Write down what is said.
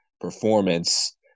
performance